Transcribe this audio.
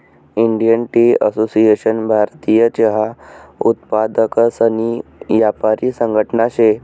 Indian tea association भारतीय चहा उत्पादकसनी यापारी संघटना शे